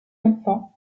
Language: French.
enfants